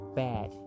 bad